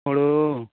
ᱦᱩᱲᱩ